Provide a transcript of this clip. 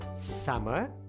Summer